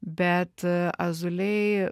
bet azulei